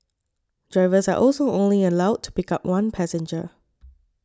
drivers are also only allowed to pick up one passenger